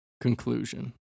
Conclusion